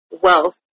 wealth